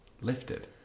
lifted